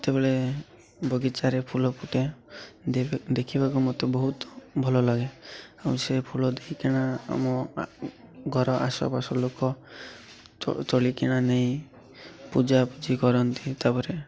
ଯେତେବେଳେ ବଗିଚାରେ ଫୁଲ ଫୁଟେ ଦେଖିବାକୁ ମତେ ବହୁତ ଭଲ ଲାଗେ ଆଉ ସେ ଫୁଲ ଦେଇକିନା ଆମ ଘର ଆଖପାଖ ଲୋକ ଚଳିକିଣା ନେଇ ପୂଜାପୂଜି କରନ୍ତି ତା'ପରେ